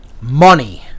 money